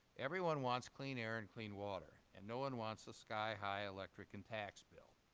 everyone wants clean air and clean water and no one wants a sky high electric and tax bill.